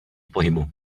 pohybu